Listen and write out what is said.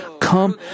Come